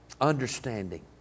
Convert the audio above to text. understanding